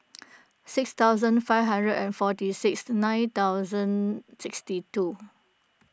six thousand five hundred and forty six nine thousand sixty two